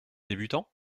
débutants